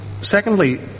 Secondly